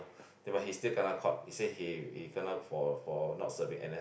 but he still kena caught he said he he kena for for not serving N_S